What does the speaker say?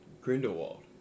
Grindelwald